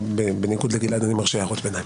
בניגוד לגלעד, אני מרשה הערות ביניים.